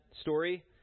story